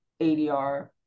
ADR